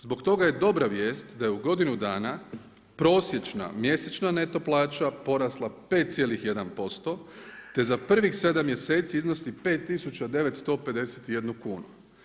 Zbog toga je dobra vijest da je u godini dana, prosječna mjesečna neto plaća porasla 5,1% te za prvih 7 mjeseci, iznosi 5951 kn.